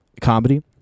comedy